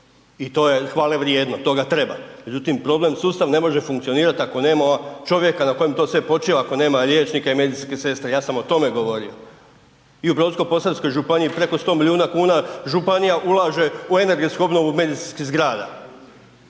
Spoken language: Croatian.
i to je hvale vrijedno, toga treba, međutim problem, sustav ne može funkcionirati ako nema čovjeka na kojem to sve počiva ako nema liječnika i medicinske sestre, ja sam o tome govorio i u Brodsko-posavskoj županiji preko 100 miliona kuna županija ulaže u energetsku obnovu medicinskih zgrada,